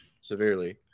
severely